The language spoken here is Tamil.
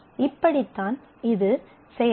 இப்படித்தான் இது செயல்படும்